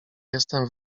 jestem